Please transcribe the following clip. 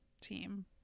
team